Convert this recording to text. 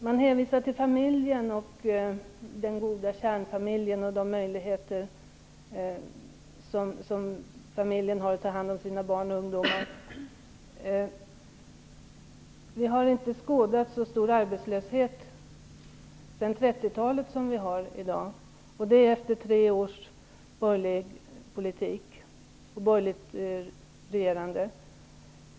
Man hänvisar till den goda kärnfamiljen och de möjligheter som familjen har att ta hand om sina barn och ungdomar. Vi har inte skådat en så stor arbetslöshet som den vi har i dag sedan 30-talet. Det är efter tre års borgerligt regerande.